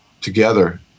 together